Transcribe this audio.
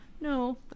No